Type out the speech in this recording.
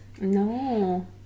No